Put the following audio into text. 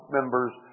members